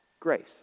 Grace